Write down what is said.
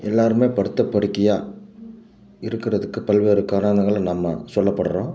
எல்லாருமே படுத்த படுக்கையாக இருக்கிறதுக்கு பல்வேறு காரணங்கள் நம்ம சொல்ல படுறோம்